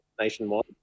Nationwide